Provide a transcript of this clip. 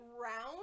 round